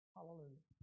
Hallelujah